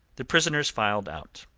the prisoners filed out.